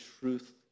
truth